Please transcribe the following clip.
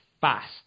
fast